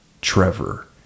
Trevor